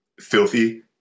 filthy